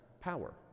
power